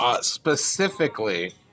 Specifically